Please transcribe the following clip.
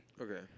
Okay